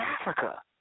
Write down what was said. Africa